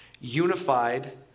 unified